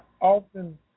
often